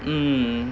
mm